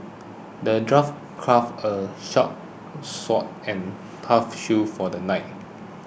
the dwarf crafted a sharp sword and tough shield for the knight